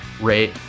rate